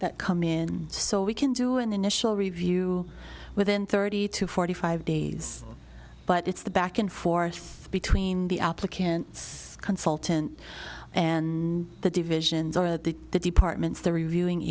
that come in so we can do an initial review within thirty to forty five days but it's the back and forth between the applicants consultant and the divisions or the departments they're reviewing